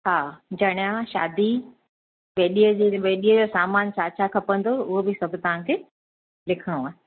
हा जणियां शादी वेॾीअ वेॾीअ जो सामान छा छा खपंदो उहो बि सभु तव्हांखे लिखणो आहे